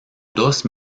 dos